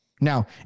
Now